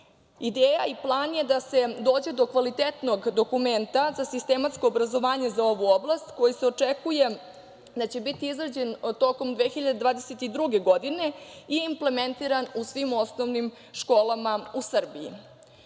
Ideja i plan je da se dođe do kvalitetnog dokumenta za sistematsko obrazovanje za ovu oblast, koji se očekuje da će biti izrađen tokom 2022. godine i implementiran u svim osnovnim školama u Srbiji. Dok